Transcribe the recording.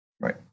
Right